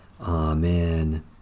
Amen